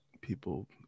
people